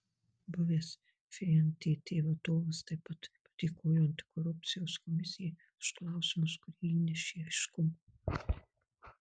buvęs fntt vadovas taip pat padėkojo antikorupcijos komisijai už klausimus kurie įnešė aiškumo